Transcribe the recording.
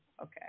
Okay